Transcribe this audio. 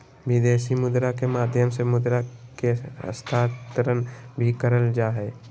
विदेशी मुद्रा के माध्यम से मुद्रा के हस्तांतरण भी करल जा हय